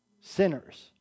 sinners